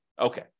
Okay